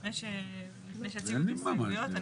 לפני שיציגו את ההסתייגויות,